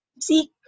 seek